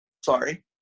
Sorry